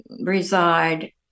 reside